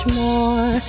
more